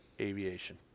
aviation